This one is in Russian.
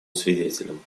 свидетелем